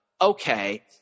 Okay